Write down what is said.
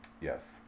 Yes